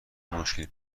مشکلی